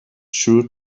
sure